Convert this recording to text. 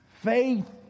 faith